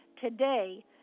today